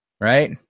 right